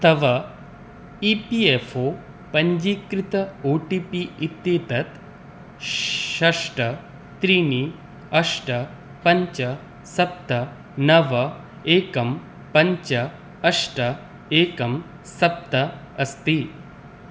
तव E P F O पञ्जीकृतम् O T P इत्येतत् षट् त्रीणि अष्ट पञ्च सप्त नव एकं पञ्च अष्ट एकं सप्त अस्ति